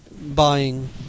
buying